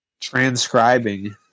transcribing